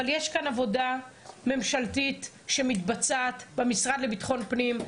אבל יש כאן עבודה ממשלתית שמתבצעת במשרד לביטחון הפנים,